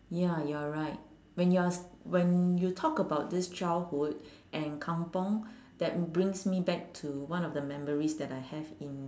ya you're right when you're s~ when you talk about this childhood and kampung that brings me back to one of the memories that I have in